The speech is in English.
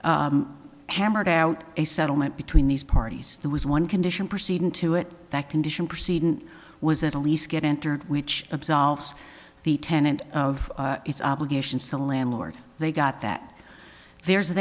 he hammered out a settlement between these parties there was one condition proceeding to it that condition proceeding was at least get entered which absolves the tenant of its obligations to landlord they got that there's